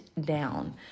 down